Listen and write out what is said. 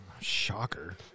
Shocker